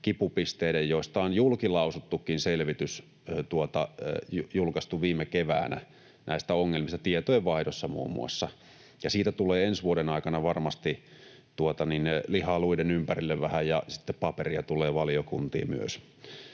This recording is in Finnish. kipupisteistä on julkilausuttukin selvitys julkaistu viime keväänä, näistä ongelmista tietojenvaihdossa muun muassa, ja siitä tulee ensi vuoden aikana varmasti vähän lihaa luiden ympärille ja sitten paperia tulee valiokuntiin myös.